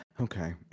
Okay